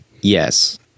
Yes